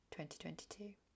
2022